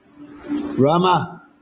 Rama